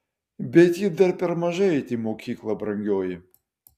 bet ji dar per maža eiti į mokyklą brangioji